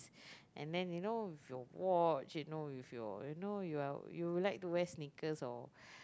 and then you know with your watch you know if your you know you are you like to wear sneakers or